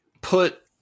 put